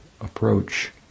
approach